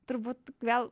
turbūt vėl